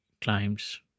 climbs